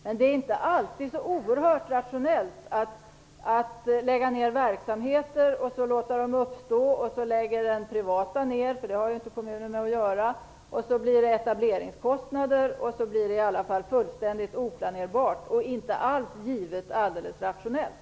Men det är inte alltid så oerhört rationellt att lägga ned verksamheter för att sedan låta dem uppstå igen. Om den privata verksamheten läggs ned, vilket kommunerna inte råder över, får man etableringskostnader. Det blir fullständigt oplanerbart, och det är inte alls givet att det blir rationellt.